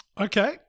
Okay